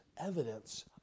evidence